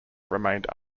remained